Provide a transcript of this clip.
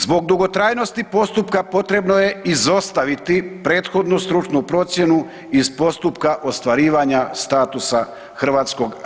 Zbog dugotrajnosti postupka potrebno je izostaviti prethodnu stručnu procjenu iz postupka ostvarivanja statusa HRVI-a.